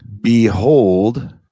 Behold